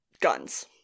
guns